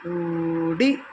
उडी